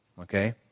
Okay